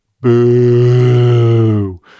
Boo